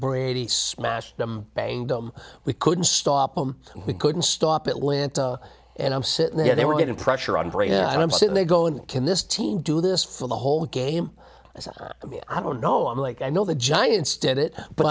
brady smash them bang we couldn't stop him we couldn't stop atlanta and i'm sitting there they were getting pressure on brain and i'm sitting there going can this team do this for the whole game i said i don't know i'm like i know the giants did it but